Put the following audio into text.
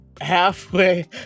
halfway